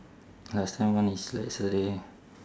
last time one is like saturday